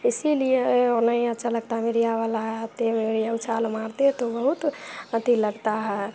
इसीलिए वो नहीं अच्छा लगता है मीडिया वाला आते ये उछाल मारते तो बहुत अथी लगता है